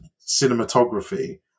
cinematography